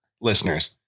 listeners